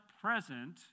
present